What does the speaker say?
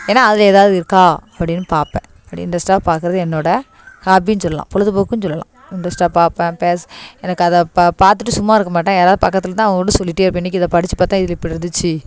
ஏன்னா அதில் ஏதாவது இருக்கா அப்படின்னு பார்ப்பேன் அப்படி இன்ட்ரெஸ்ட்டாக பார்க்குறது என்னோடய ஹாபின்னு சொல்லலாம் பொழுதுபோக்குன்னு சொல்லலாம் இன்ட்ரெஸ்ட்டாக பார்ப்பேன் பேஸ் எனக்கு அத பா பாத்துட்டு சும்மா இருக்க மாட்டேன் யாராவது பக்கத்தில் இருந்தால் அவங்கள்ட்ட சொல்லிகிட்டே இருப்பேன் இன்னைக்கி இதை படிச்சு பார்த்தேன் இதில் இப்படி இருந்துச்சு